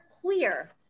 queer